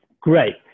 Great